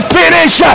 finish